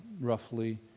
roughly